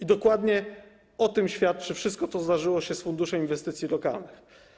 I dokładnie o tym świadczy to wszystko, co zdarzyło się z funduszem inwestycji lokalnych.